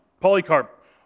Polycarp